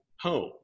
home